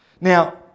Now